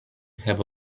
have